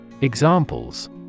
Examples